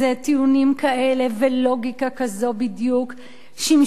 טיעונים כאלה ולוגיקה כזו בדיוק שימשו